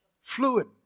fluid